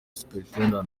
supt